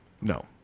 No